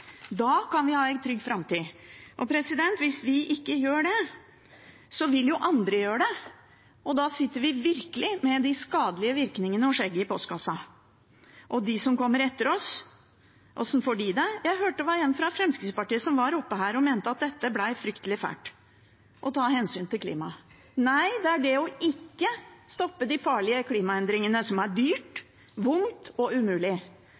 Da kan vi ha en trygg framtid. Hvis vi ikke gjør det, vil jo andre gjøre det, og da sitter vi virkelig med de skadelige virkningene og skjegget i postkassa. Og de som kommer etter oss, hvordan får de det? Jeg hørte det var en fra Fremskrittspartiet som var oppe her og mente at dette ble fryktelig fælt, å ta hensyn til klimaet. Nei, det er å ikke stoppe de farlige klimaendringene som er dyrt, vondt og umulig.